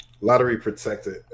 Lottery-protected